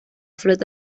flota